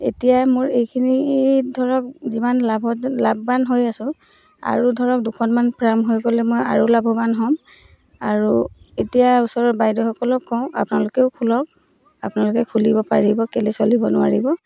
এতিয়া মোৰ এইখিনিত ধৰক যিমান লাভ লাভৱান হৈ আছো আৰু ধৰক দুখনমান ফাৰ্ম হৈ গ'লে মই আৰু লাভৱান হ'ম আৰু এতিয়া ওচৰৰ বাইদেউসকলক কওঁ আপোনালোকেও খোলক আপোনালোকে খুলিব পাৰিব কেলৈ চলিব নোৱাৰিব